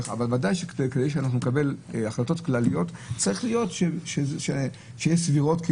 אבל ודאי שכדי שנקבל החלטות כלליות צריך שהן יהיו סבירות.